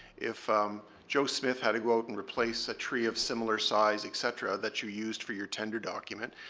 if um joe smith had to go out and replace a tree of similar size, et cetera, that you used for your tender document,